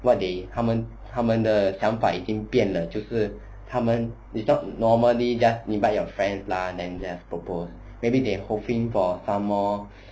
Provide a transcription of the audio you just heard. what they 他们他们的想法已经变得就是他们 is not normally just invite your friend lah then just proposed maybe they hoping for somemore